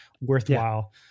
worthwhile